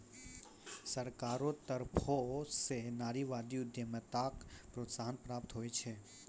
सरकारो तरफो स नारीवादी उद्यमिताक प्रोत्साहन प्राप्त होय छै